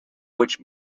which